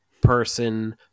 person